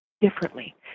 differently